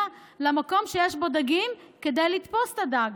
למקום שיש בו דגים כדי לתפוס את הדג.